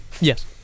Yes